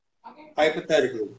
Hypothetically